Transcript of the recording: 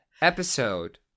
episode